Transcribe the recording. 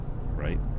right